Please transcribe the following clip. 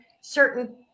certain